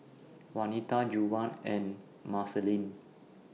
Wanita Juwan and Marceline